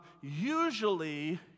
usually